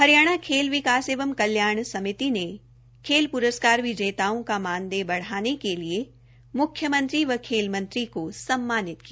हरियाणा खेल विकास एवं कल्याण समिति ने खेल प्रस्कार विजेताओं का मानदेय बढ़ाने के लिए म्ख्यमंत्री व खेल मंत्री को सम्मानित किया